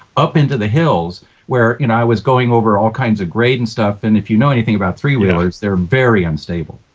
up into the hills where you know i was going over all kinds of great and stuff. and if you know anything about three wheelers, they're very unstable.